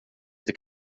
inte